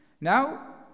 Now